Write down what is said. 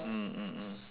mm mm mm